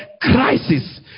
crisis